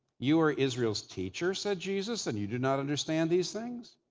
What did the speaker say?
you are israel's teacher said jesus, and you do not understand these things?